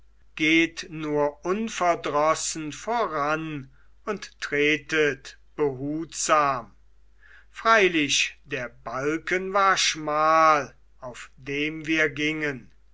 geht nur unverdrossen voran und tretet behutsam freilich der balken war schmal auf dem wir gingen